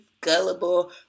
gullible